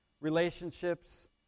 relationships